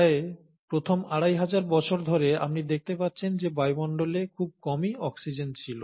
প্রায় প্রথম 2500 বছর ধরে আপনি দেখতে পাচ্ছেন যে বায়ুমণ্ডলে খুব কমই অক্সিজেন ছিল